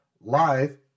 live